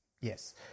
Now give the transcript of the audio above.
yes